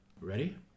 ready